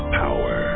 power